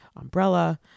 umbrella